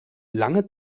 lange